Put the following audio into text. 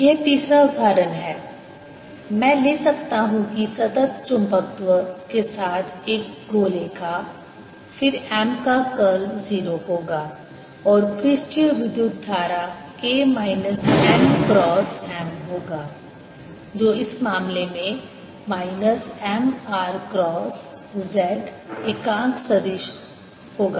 यह तीसरा उदाहरण मैं ले सकता हूं कि सतत चुंबकत्व के साथ एक गोले का फिर M का कर्ल 0 होगा और पृष्ठीय विद्युत धारा K minus n cross M होगा जो इस मामले में minus M r cross z एकांक सदिश होगा